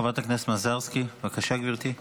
חברת הכנסת מזרסקי, בבקשה, גברתי.